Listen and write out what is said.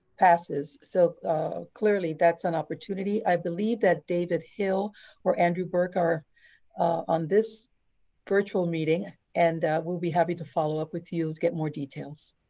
passes. so clearly that's an opportunity. i believe that david hill or andrew burke on on this virtual meeting and we'll be happy to follow up with you to get more details.